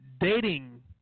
dating